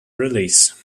release